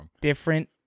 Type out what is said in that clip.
different